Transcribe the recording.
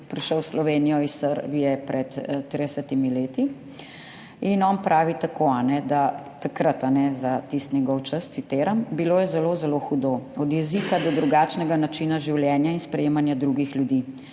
prišel v Slovenijo iz Srbije pred 30 leti in on pravi tako, takrat, za tisti njegov čas, citiram: »Bilo je zelo zelo hudo, od jezika do drugačnega načina življenja in sprejemanja drugih ljudi.